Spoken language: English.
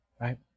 right